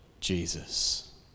Jesus